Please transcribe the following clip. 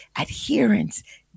adherence